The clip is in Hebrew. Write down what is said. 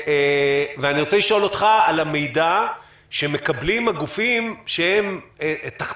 אני רוצה לשאול אותך על המידע שמקבלים הגופים שמתחתיך,